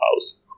house